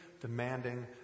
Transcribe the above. demanding